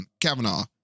Kavanaugh